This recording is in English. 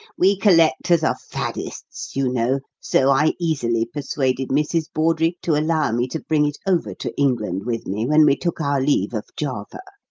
we collectors are faddists, you know, so i easily persuaded mrs. bawdrey to allow me to bring it over to england with me when we took our leave of java.